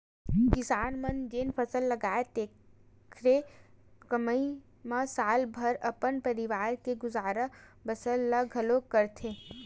किसान मन जेन फसल लगाथे तेखरे कमई म साल भर अपन परवार के गुजर बसर ल घलोक करथे